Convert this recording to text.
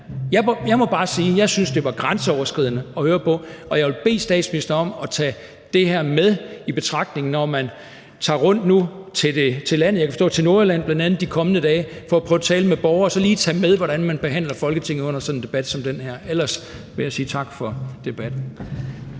jeg synes, det var grænseoverskridende at høre på, og jeg vil bede statsministeren om at tage det her med i betragtning, når man nu tager rundt i landet, jeg kan forstå, at det bl.a. er til Nordjylland, de kommende dage for at prøve at tale med borgere, altså så lige tage med, hvordan man behandler Folketinget under sådan en debat som den her. Ellers vil jeg sige tak for debatten.